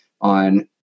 on